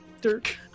Dirk